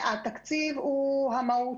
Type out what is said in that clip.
התקציב הוא המהות.